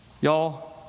Y'all